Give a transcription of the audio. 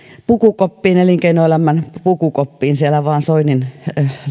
pukukoppiin elinkeinoelämän pukukoppiin siellä vain soinin